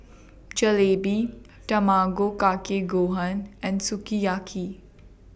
Jalebi Tamago Kake Gohan and Sukiyaki